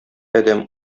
адәм